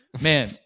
man